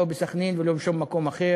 לא בסח'נין ולא במקום אחר,